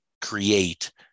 create